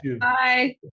Bye